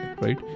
right